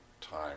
time